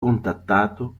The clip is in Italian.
contattato